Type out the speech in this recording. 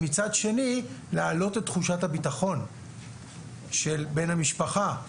מצד שני להעלות את תחושת הביטחון של בן המשפחה,